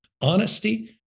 honesty